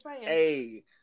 Hey